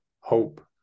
hope